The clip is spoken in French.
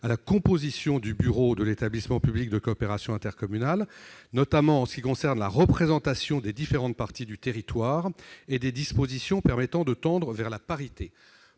à la composition du bureau de l'établissement public de coopération intercommunale, notamment les conditions relatives à la représentation des différentes parties du territoire, ainsi que des dispositions permettant de tendre vers la parité.